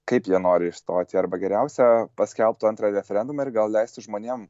kaip jie nori išstoti arba geriausia paskelbtų antrą referendumą ir gal leisti žmonėm